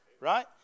right